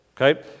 Okay